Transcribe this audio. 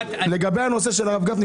לגבי הנושא של הרב גפני,